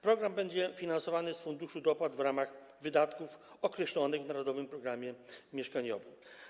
Program będzie finansowany z funduszu dopłat w ramach wydatków określonych w „Narodowym programie mieszkaniowym”